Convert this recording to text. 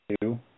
two